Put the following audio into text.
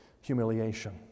humiliation